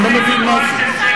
אני לא מבין מה זה,